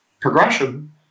progression